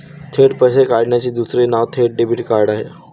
थेट पैसे काढण्याचे दुसरे नाव थेट डेबिट आहे